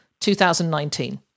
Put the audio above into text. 2019